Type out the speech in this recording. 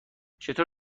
چطور